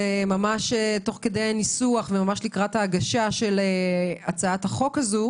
ממש תוך כדי ניסוח ולקראת הגשת הצעת החוק הזו